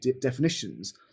definitions